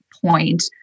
point